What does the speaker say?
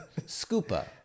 scoopa